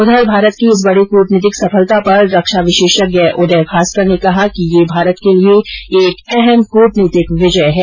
उधर भारत की इस बड़ी कूटनीतिक सफलता पर रक्षा विशेषज्ञ उदय भास्कर ने कहा कि ये भारत के लिए एक अहम कूटनीतिक विजय है